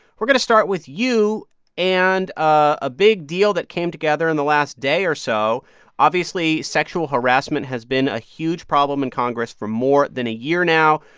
we're going to start with you and a big deal that came together in the last day or so obviously, sexual harassment has been a huge problem in congress for more than a year now.